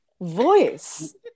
voice